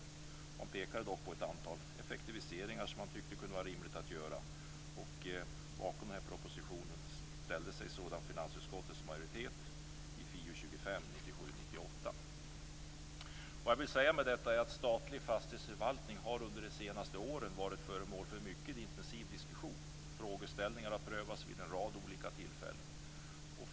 Man pekade dock på ett antal effektiviseringar som man tyckte kunde vara rimliga att göra. Bakom propositionen ställde sig sedan finansutskottets majoritet i Vad jag vill säga med detta är att statlig fastighetsförvaltning under de senaste åren har varit föremål för en mycket intensiv diskussion. Frågeställningarna har prövats vid en rad olika tillfällen.